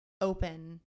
open